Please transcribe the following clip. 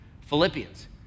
Philippians